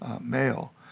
male